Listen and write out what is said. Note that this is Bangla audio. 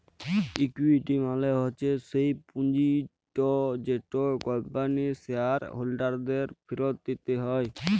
ইকুইটি মালে হচ্যে স্যেই পুঁজিট যেট কম্পানির শেয়ার হোল্ডারদের ফিরত দিতে হ্যয়